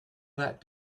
that